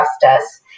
justice